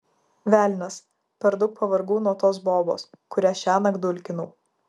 velnias per daug pavargau nuo tos bobos kurią šiąnakt dulkinau